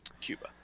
Cuba